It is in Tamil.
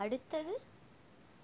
அடுத்தது